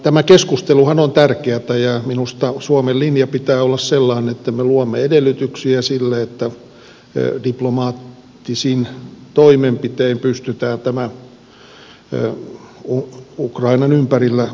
tämä keskusteluhan on tärkeätä ja minusta suomen linjan pitää olla sellainen että me luomme edellytyksiä sille että diplomaattisin toimenpitein pystytään tämä ukrainan ympärillä oleva kriisi ratkaisemaan